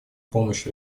помощь